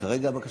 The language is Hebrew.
המדינה